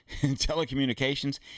telecommunications